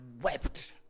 wept